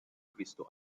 cristo